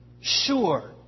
sure